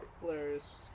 hilarious